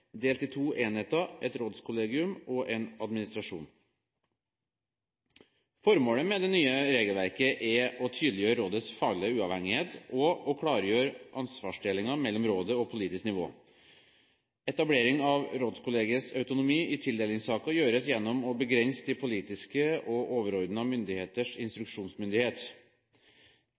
delt i to enheter: et rådskollegium og en administrasjon. Formålet med det nye regelverket er å tydeliggjøre rådets faglige uavhengighet og å klargjøre ansvarsdelingen mellom rådet og politisk nivå. Etablering av rådskollegiets autonomi i tildelingssaker gjøres gjennom å begrense de politiske og overordnede myndigheters instruksjonsmyndighet.